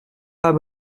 pas